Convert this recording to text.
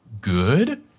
good